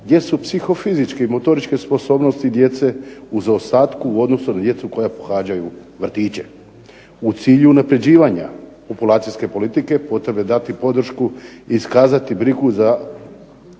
gdje su psihofizičke i motoričke sposobnosti djece u zaostatku u odnosu na djecu koja pohađaju vrtiće. U cilju unapređivanja populacijske politike potrebno je dati podršku i iskazati brigu za